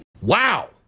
wow